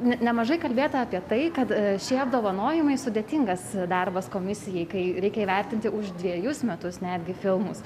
nemažai kalbėta apie tai kad šie apdovanojimai sudėtingas darbas komisijai kai reikia įvertinti už dvejus metus netgi filmus